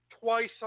twice